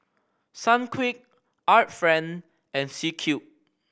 Sunquick Art Friend and C Cube